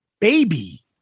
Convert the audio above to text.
Baby